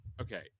Okay